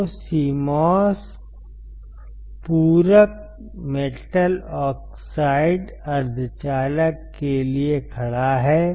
तो CMOS पूरक metal oxide अर्धचालक के लिए खड़ा है